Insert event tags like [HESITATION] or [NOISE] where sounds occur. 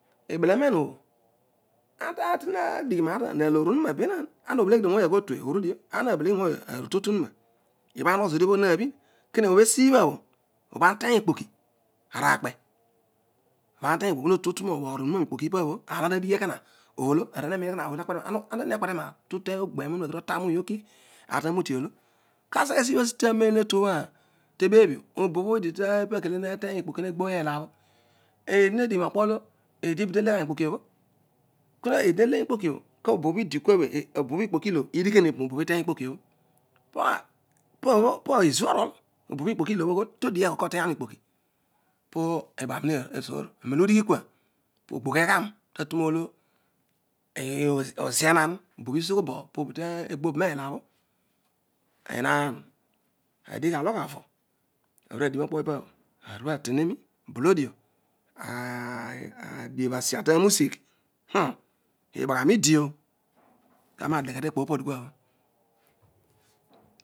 Ibelanero obho ana tatuni adigh aar na loor onuma lena ana obelegi dio aghoor tue orudio ibha ana beleghi ooy aruti tuo mu na ibhaana unogho zodio bho poji nabhin kedio obho esibha bho ibha ana uteny okpoki arakpe ibha ana uteny okpoki ponotu to tuonuna moboor onuna nikpoki opobho aar olo ama tadighi na olo arooy nenii obo takpete aar ekora olo totugbena eena kuto tabh ooy otigh aar tarou te oolo kaseghe sina asitanen olo motuobho ah ebebh io obo bho idita [HESITATION] eedi medighi nokpolo eedi be tele ghen mikpokiobho kobobio idi bua bho kobo bho okpoki ilobho idighan epu no bobho ikpoki idiobho [UNINTELLIGIBLE] peezue orol ibha ikpoki uobha pogiol todigh eko koteny ani mi kpoki piibaghani nasoor anen olo udighi kua po obogh egham polo oziaghan obo bho izol bobho pobho teghobo nelabho enaan adig aloghaio aruadighi no kpoipabho arua tenimi bolodio [UNINTELLIGIBLE] adiabh asia taghisigh hah! Ibaghani idi oh kami adeghe tekpo opobho dikiabho